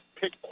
pick